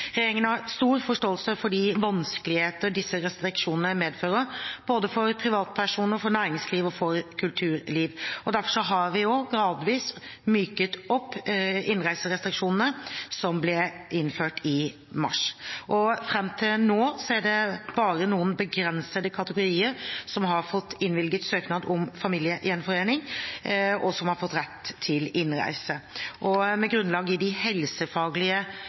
Regjeringen har stor forståelse for de vanskeligheter disse restriksjonene medfører, både for privatpersoner, for næringslivet og for kulturlivet. Derfor har vi gradvis myket opp innreiserestriksjonene som ble innført i mars. Fram til nå er det bare noen begrensede kategorier som har fått innvilget søknad om familiegjenforening, og som har fått rett til innreise. Med grunnlag i de helsefaglige